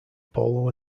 polo